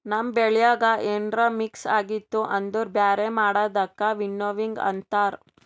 ನಮ್ ಬೆಳ್ಯಾಗ ಏನ್ರ ಮಿಕ್ಸ್ ಆಗಿತ್ತು ಅಂದುರ್ ಬ್ಯಾರೆ ಮಾಡದಕ್ ವಿನ್ನೋವಿಂಗ್ ಅಂತಾರ್